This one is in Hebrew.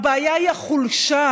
הבעיה היא החולשה,